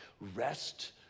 Rest